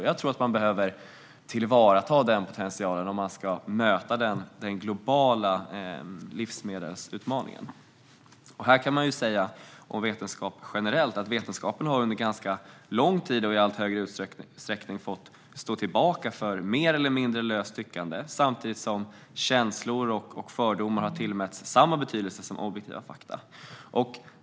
Jag tror att vi behöver tillvarata denna potential om vi ska möta den globala livsmedelsutmaningen. Det kan sägas om vetenskapen generellt att den under ganska lång tid och i allt större utsträckning har fått stå tillbaka för mer eller mindre löst tyckande. Samtidigt har känslor och fördomar tillmätts samma betydelse som objektiva fakta.